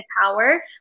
power